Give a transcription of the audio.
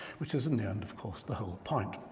which is in the end, of course, the whole point.